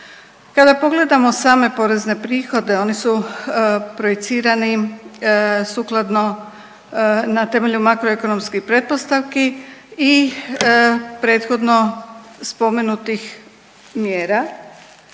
Kada pogledamo same porezne prihode oni su projicirani sukladno na temelju makroekonomskih pretpostavki i prethodno spomenutih mjera.